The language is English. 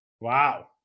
Wow